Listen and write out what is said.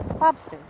lobster